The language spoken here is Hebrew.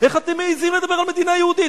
איך אתם מעזים לדבר על מדינה יהודית?